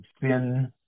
thin